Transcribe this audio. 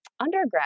undergrad